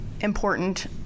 important